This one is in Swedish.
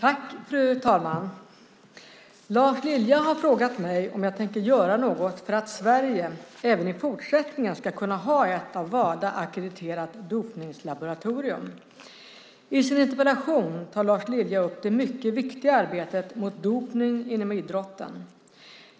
Fru talman! Lars Lilja har frågat mig om jag tänker göra något för att Sverige även i fortsättningen ska kunna ha ett av Wada ackrediterat dopningslaboratorium. I sin interpellation tar Lars Lilja upp det mycket viktiga arbetet mot dopning inom idrotten.